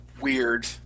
weird